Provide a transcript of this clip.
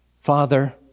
Father